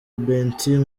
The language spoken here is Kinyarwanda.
bentiu